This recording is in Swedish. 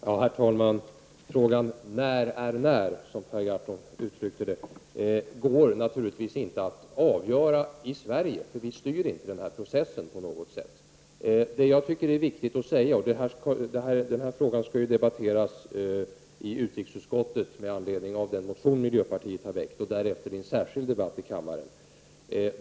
Herr talman! Frågan när är när, som Per Gahrton uttryckte sig, går naturligtvis inte att avgöra i Sverige, eftersom vi i Sverige inte på något sätt styr denna process. Denna fråga skall debatteras i utrikesutskottet med anledning av den motion som miljöpartiet har väckt och därefter i en särskild debatt i kammaren.